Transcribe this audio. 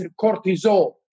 cortisol